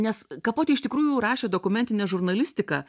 nes kapotė iš tikrųjų rašė dokumentinę žurnalistiką